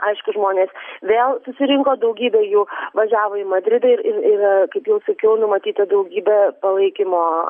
aišku žmonės vėl susirinko daugybė jų važiavo į madridą ir ir ir kaip jau sakiau numatyta daugybė palaikymo